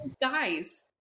guys